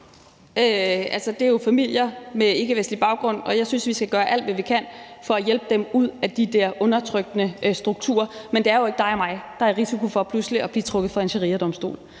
Det er jo familier med ikkevestlig baggrund, og jeg synes, at vi skal gøre alt, hvad vi kan for at hjælpe dem ud af de der undertrykkende strukturer. Men det er jo ikke dig og mig, der er i risiko for pludselig at blive trukket for en shariadomstol.